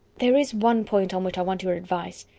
there is one point on which i want your advice.